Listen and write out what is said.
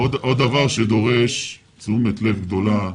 מ.ב.: עוד דבר שדורש תשומת לב גדולה.